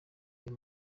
byo